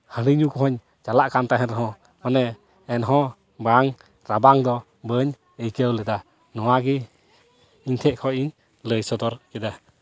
ᱦᱟᱺᱰᱤ ᱧᱩ ᱠᱚᱦᱚᱧ ᱪᱟᱞᱟᱜ ᱠᱟᱱ ᱛᱟᱦᱮᱱ ᱨᱮᱦᱚᱸ ᱵᱚᱞᱮ ᱮᱱ ᱦᱚᱸ ᱵᱟᱝ ᱨᱟᱵᱟᱝ ᱫᱚ ᱵᱟᱹᱧ ᱟᱹᱭᱠᱟᱹᱣ ᱞᱮᱫᱟ ᱱᱚᱣᱟᱜᱮ ᱤᱧ ᱴᱷᱮᱱ ᱠᱷᱚᱱ ᱤᱧ ᱞᱟᱹᱭ ᱥᱚᱫᱚᱨ ᱠᱮᱫᱟ